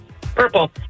Purple